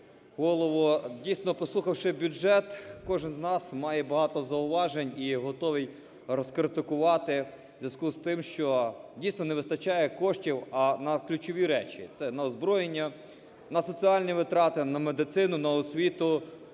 Дійсно, послухавши бюджет, кожен з нас має багато зауважень і готовий розкритикувати у зв'язку з тим, що дійсно не вистачає коштів на ключові речі – це на озброєння, на соціальні витрати, на медицину, на освіту,